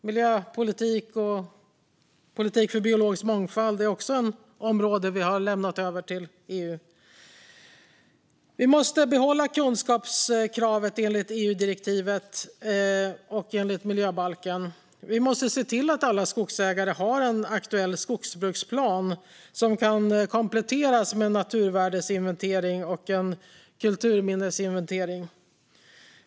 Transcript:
Miljöpolitik och politik för biologisk mångfald är också ett område som vi har lämnat över till EU. Vi måste behålla kunskapskravet, enligt EU-direktivet och enligt miljöbalken. Vi måste se till att alla skogsägare har en aktuell skogsbruksplan som kan kompletteras med naturvärdesinventering och kulturminnesinventering.